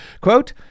Quote